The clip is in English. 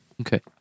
Okay